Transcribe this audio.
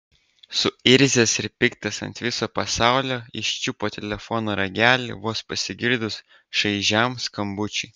suirzęs ir piktas ant viso pasaulio jis čiupo telefono ragelį vos pasigirdus šaižiam skambučiui